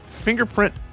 fingerprint